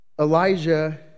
Elijah